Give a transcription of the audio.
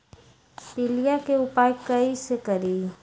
पीलिया के उपाय कई से करी?